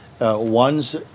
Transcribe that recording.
one's